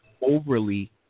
overly